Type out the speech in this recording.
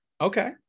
Okay